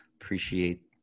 appreciate